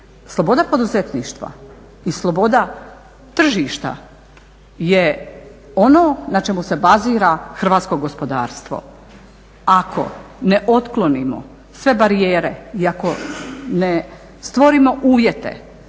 Sloboda poduzetništva i sloboda tržišta je ono na čemu se bazira hrvatsko gospodarstvo. Ako ne otklonimo sve barijere i ako ne stvorimo uvjete